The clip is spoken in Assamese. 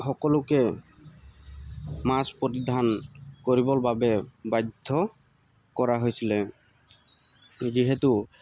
সকলোকে মাস্ক পৰিধান কৰিবৰ বাবে বাধ্য কৰা হৈছিলে যিহেতু